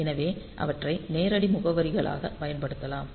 எனவே அவற்றை நேரடி முகவரிகளாகப் பயன்படுத்தலாம்